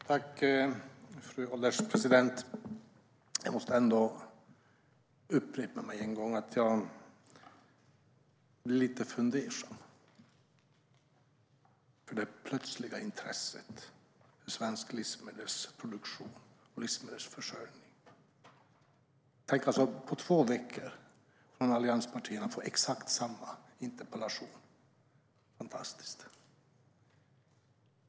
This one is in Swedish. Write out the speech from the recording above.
Fru ålderspresident! Jag måste upprepa mig. Jag blir lite fundersam över det plötsliga intresset för svensk livsmedelsproduktion och livsmedelsförsörjning. Tänk att få exakt samma interpellation på två veckor från allianspartierna - fantastiskt!